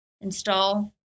Install